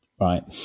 right